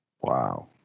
Wow